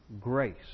grace